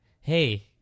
hey